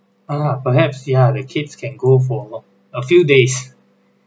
ah perhaps ya the kids can go for a few days